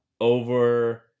over